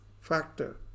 factor